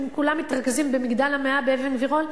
שהם כולם מתרכזים ב"מגדל המאה" באבן-גבירול,